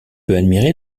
admirer